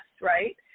right